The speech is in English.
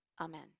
Amen